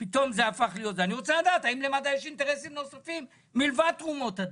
אני רוצה לדעת האם למד"א יש אינטרסים נוספים לבד מתרומות הדם?